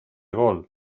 gol